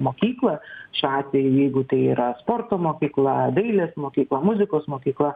mokykloje šiuo atveju jeigu tai yra sporto mokykla dailės mokykla muzikos mokykla